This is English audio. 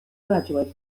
graduate